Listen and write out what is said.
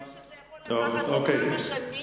אתה מודע לזה שזה יכול לקחת כמה שנים?